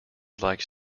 likes